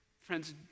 Friends